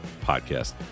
Podcast